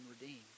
redeemed